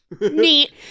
Neat